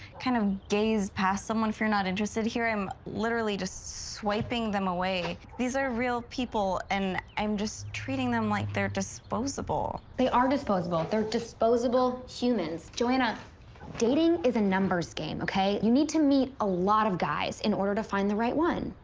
kind of gaze past someone if you're not interested. here, i'm literally just swiping them away. these are real people, and i'm just treating them like they're disposable. they are disposable. they're disposable humans. joanna, dating is a numbers game, okay? you need to meet a lot of guys in order to find the right one.